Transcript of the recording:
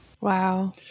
Wow